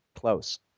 close